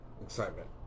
excitement